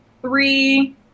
three